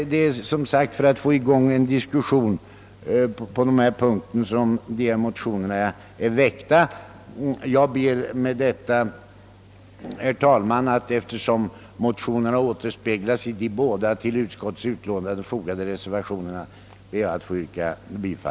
För att få i gång en diskussion på denna punkt har dessa motioner blivit väckta. Jag ber, herr talman, att få yrka bifall till de båda reservationerna, eftersom de återspeglar innehållet i de i utskottets utlåtande behandlade motionerna.